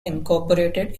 incorporated